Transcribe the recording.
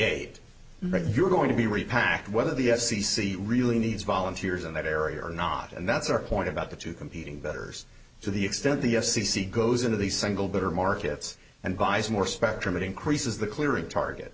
eight you're going to be repacked whether the f c c really needs volunteers in that area or not and that's our point about the two competing bettors to the extent the f c c goes into the single better markets and buys more spectrum it increases the clearing target